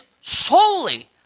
solely